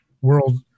world